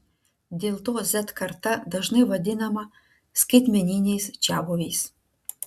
dėl to z karta dažnai vadinama skaitmeniniais čiabuviais